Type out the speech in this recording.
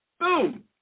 boom